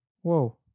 Whoa